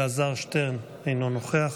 אלעזר שטרן, אינו נוכח,